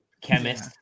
chemist